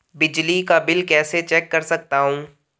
बिजली का बिल कैसे चेक कर सकता हूँ?